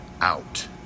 out